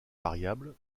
variable